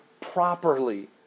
properly